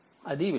అది విషయం